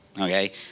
Okay